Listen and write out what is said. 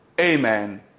amen